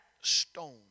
stone